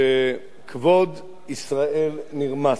ישראל נרמס,